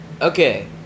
Okay